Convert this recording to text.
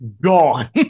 gone